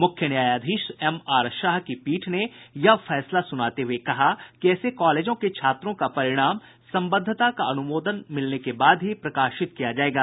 मुख्य न्यायाधीश एमआर शाह की पीठ ने यह फैसला सुनाते हुए कहा कि ऐसे कॉलेजों के छात्रों का परीक्षा परिणाम संबद्धता का अनुमोदन मिलने के बाद ही प्रकाशित किया जायेगा